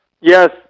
Yes